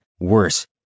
worse